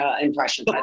impression